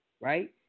right